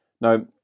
now